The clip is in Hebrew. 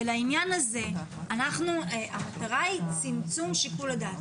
ולעניין הזה המטרה היא צמצום שיקול הדעת.